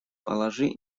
положи